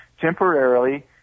temporarily